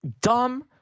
dumb